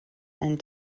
and